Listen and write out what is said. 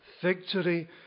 victory